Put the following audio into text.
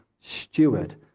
steward